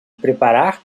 preparar